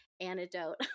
antidote